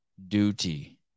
Duty